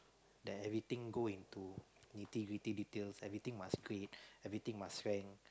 then everything go into nitty gritty details everything must everything must